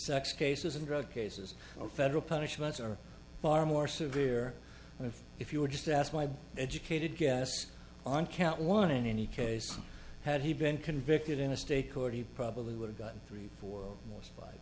sex cases and drug cases of federal punishments are far more severe than if you were just asked my educated guess on count one in any case had he been convicted in a state court he probably would've gotten three four